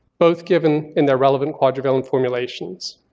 both given in the relevant quadrivalent formulations.